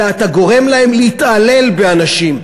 אלא אתה גורם להן להתעלל באנשים.